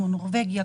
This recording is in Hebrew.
כמו נורבגיה,